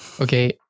Okay